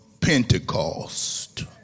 Pentecost